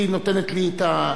היא נותנת לי את,